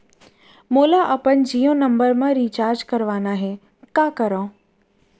मोला अपन जियो नंबर म रिचार्ज करवाना हे, का करव?